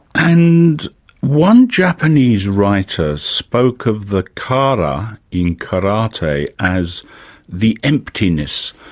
and one japanese writer spoke of the kara in karate as the emptiness,